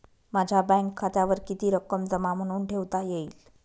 माझ्या बँक खात्यावर किती रक्कम जमा म्हणून ठेवता येईल?